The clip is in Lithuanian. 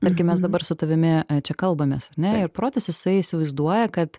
argi mes dabar su tavimi čia kalbamės ar ne ir protas jisai įsivaizduoja kad